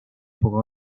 poco